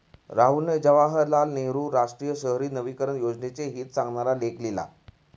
राहुलने जवाहरलाल नेहरू राष्ट्रीय शहरी नवीकरण योजनेचे हित सांगणारा लेख लिहिला